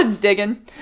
Digging